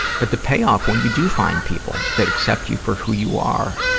but the payoff, when you do find people that accept you for who you are,